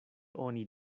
oni